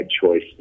choice